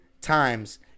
times